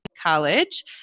college